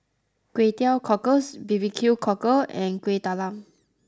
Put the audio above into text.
Kway Teow Cockles B B Q Cockle and Kueh Talam